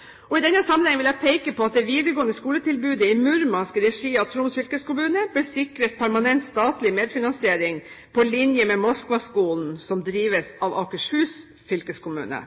og studenter bør på plass. I denne sammenheng vil jeg peke på at det videregående skoletilbudet i Murmansk i regi av Troms fylkeskommune bør sikres permanent statlig medfinansiering på linje med Moskvaskolen som drives av Akershus fylkeskommune.